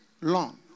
long